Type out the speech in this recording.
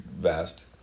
vast